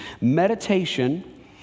Meditation